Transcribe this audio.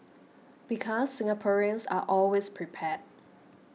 because Singaporeans are always prepared